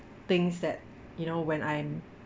things that you know when I'm